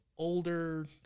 Older